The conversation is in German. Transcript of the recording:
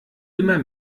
immer